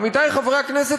עמיתי חברי הכנסת,